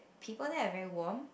people there are very warm